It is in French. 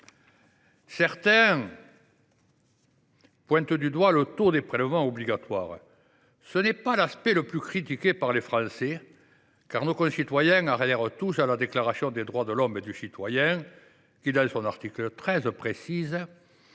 Certains pointent du doigt le taux des prélèvements obligatoires. Ce n’est pas l’aspect le plus critiqué par les Français, car nos concitoyens adhèrent tous à la Déclaration des droits de l’homme et du citoyen qui, dans son article XIII, dispose